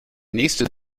nächste